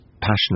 passionate